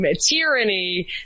Tyranny